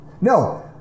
No